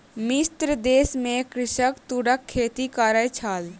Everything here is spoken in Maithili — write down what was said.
मिस्र देश में कृषक तूरक खेती करै छल